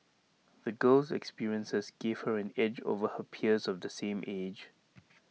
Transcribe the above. the girl's experiences gave her an edge over her peers of the same age